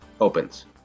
opens